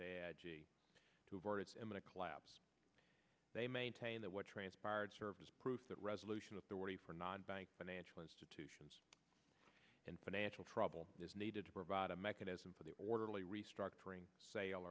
its imminent collapse they maintain that what transpired serve as proof that resolution authority for non bank financial institutions in financial trouble is needed to provide a mechanism for the orderly restructuring